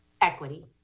equity